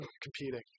competing